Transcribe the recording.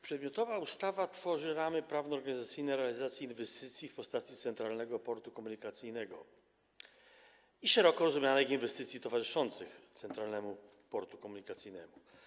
Przedmiotowa ustawa tworzy ramy prawno-organizacyjne realizacji inwestycji w postaci Centralnego Portu Komunikacyjnego i szeroko rozumianych inwestycji towarzyszących Centralnemu Portowi Komunikacyjnemu.